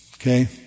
Okay